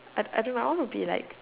I I don't know I want to be like